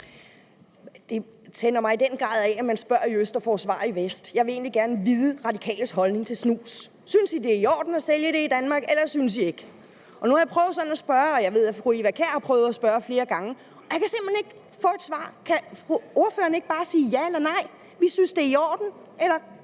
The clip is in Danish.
Det tænder mig i den grad af, at når man spørger i øst, får man svar i vest. Jeg vil egentlig gerne kende De Radikales holdning til snus. Synes man, det er i orden at sælge det i Danmark, eller synes man ikke? Nu har jeg prøvet at spørge, og jeg ved, at fru Eva Kjer Hansen flere gange har prøvet at spørge, og vi kan simpelt hen ikke få et svar. Kan ordføreren ikke bare sige ja eller nej til, om man synes, det er i orden? Kl.